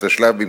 התשל"ב 1972,